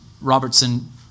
Robertson